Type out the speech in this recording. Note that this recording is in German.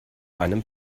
einem